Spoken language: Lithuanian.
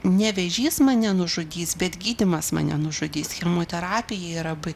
ne vėžys mane nužudys bet gydymas mane nužudys chemoterapija yra bai